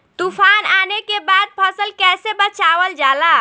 तुफान आने के बाद फसल कैसे बचावल जाला?